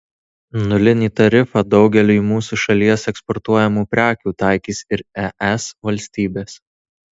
nulinį tarifą daugeliui mūsų šalies eksportuojamų prekių taikys ir es valstybės